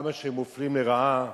כמה שהם מופלים לרעה.